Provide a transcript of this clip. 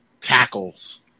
tackles